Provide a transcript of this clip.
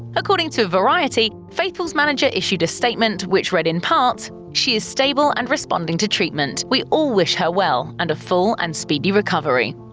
according to variety, faithfull's manager issued a statement, which read, in part, she is stable and responding to treatment, we all wish her well and a full and speedy recovery.